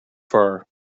far